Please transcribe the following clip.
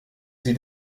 sie